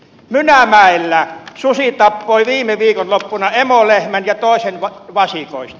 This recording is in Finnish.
mynämäellä susi tappoi viime viikonloppuna emolehmän ja toisen vasikoista